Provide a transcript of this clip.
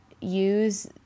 use